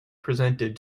presented